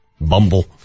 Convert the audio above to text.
Bumble